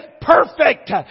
perfect